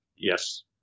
Yes